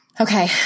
Okay